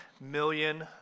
million